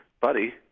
buddy